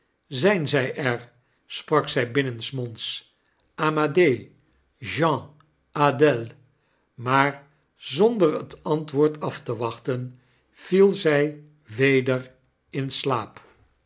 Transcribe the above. zijn zij er sprak zij binnensmonds amadee jean adele maar zonder het antwoord af te wachten viel zij weder in slaap